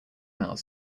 male